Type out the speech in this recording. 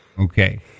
okay